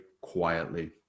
quietly